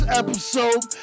episode